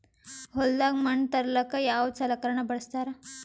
ಹೊಲದಾಗ ಮಣ್ ತರಲಾಕ ಯಾವದ ಸಲಕರಣ ಬಳಸತಾರ?